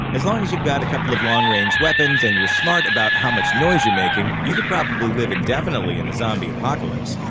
as long as you've got a couple long-range weapons and you're smart about how much noise you're making, you could probably live indefinitely in a zombie apocalypse.